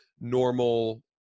normal